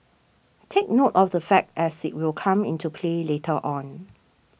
take note of the fact as it will come into play later on